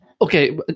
Okay